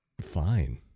Fine